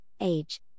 age